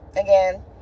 again